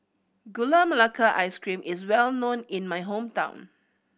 Gula Melaka Ice Cream is well known in my hometown